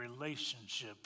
relationship